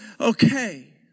okay